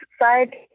side